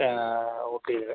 ഊട്ടിയിൽ